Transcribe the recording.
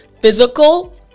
physical